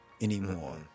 anymore